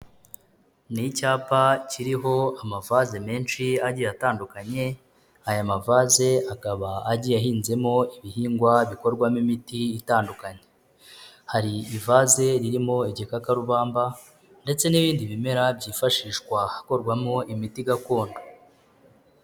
Ni icyapa kiriho amavaze menshi agiye atandukanye, aya mavaze akaba agiye ahinzemo ibihingwa bikorwamo imiti itandukanye, hari ivaze ririmo igikakarubamba ndetse n'ibindi bimera byifashishwa hakorwamo imiti gakondo.